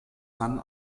seinen